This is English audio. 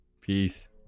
Peace